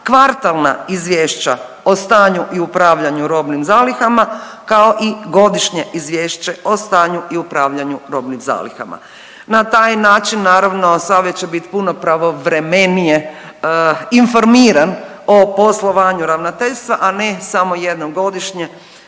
kvartalna izvješća o stanju i upravljanju robnim zalihama, kao i godišnje izvješće o stanju i upravljanju robnim zalihama. Na taj način naravno savjet će bit puno pravovremenije informiran o poslovanju ravnateljstva, a ne samo jednom godišnje